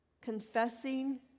confessing